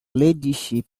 ladyship